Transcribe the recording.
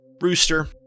Rooster